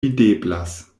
videblas